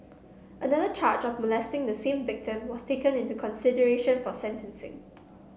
another charge of molesting the same victim was taken into consideration for sentencing